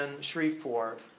Shreveport